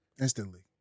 instantly